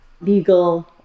legal